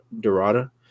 Dorada